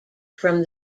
from